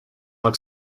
look